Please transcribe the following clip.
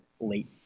late